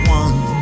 one